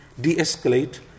de-escalate